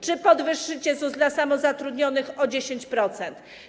Czy podwyższycie ZUS dla samozatrudnionych o 10%?